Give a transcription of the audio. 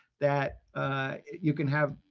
that you can have